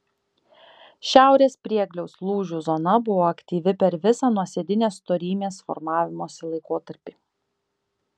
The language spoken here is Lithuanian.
šiaurės priegliaus lūžių zona buvo aktyvi per visą nuosėdinės storymės formavimosi laikotarpį